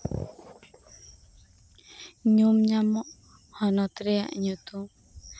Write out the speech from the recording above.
ᱧᱩᱢ ᱧᱟᱢᱚᱜ ᱦᱚᱱᱚᱛ ᱨᱮᱭᱟᱜ ᱧᱩᱛᱩᱢ